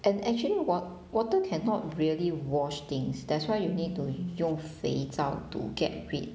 and actually wat~ water cannot really wash things that's why you need to 用肥皂 to get rid